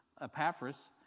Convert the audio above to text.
Epaphras